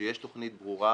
שיש תכנית ברורה